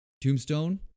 Tombstone